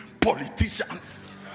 Politicians